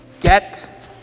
Get